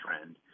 trend